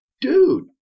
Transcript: Dude